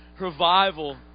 Revival